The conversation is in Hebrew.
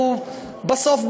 בסוף,